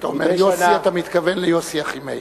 כשאתה אומר יוסי, אתה מתכוון ליוסי אחימאיר.